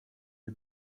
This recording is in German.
die